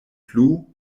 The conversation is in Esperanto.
plu